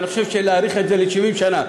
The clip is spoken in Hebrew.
ואני חושב שאם נאריך את זה ל-70 שנה,